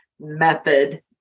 method